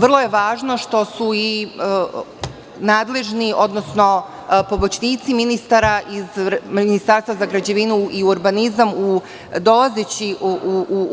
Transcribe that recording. Vrlo je važno što su i nadležni, odnosno pomoćnici ministra iz Ministarstva za građevinu i urbanizam, dolazeći